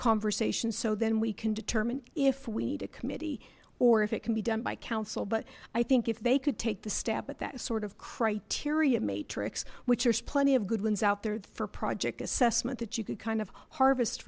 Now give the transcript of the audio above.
conversation so then we can determine if we need a committee or if it can be done by council but i think if they could take the stab at that sort of criteria matrix which there's plenty of good ones out there for project assessment that you could kind of harvest